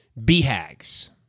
BHAGs